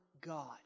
God